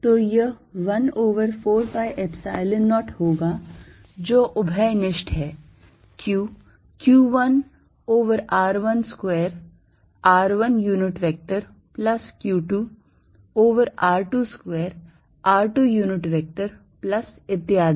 तो यह 1 over 4 pi epsilon 0 होगा जो उभयनिष्ठ है q q1 over r1 square r1 unit vector plus q2 over r2 square r2 unit vector plus इत्यादि